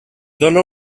dóna